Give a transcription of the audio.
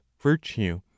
virtue